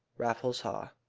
raffles haw.